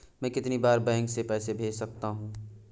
मैं कितनी बार बैंक से पैसे भेज सकता हूँ?